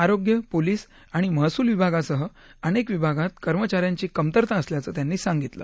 आरोग्य पोलीस आणि महसूल विभागासह अनेक विभागांत कर्मचाऱ्यांची कमतरता असल्याचं त्यांनी सांगितलं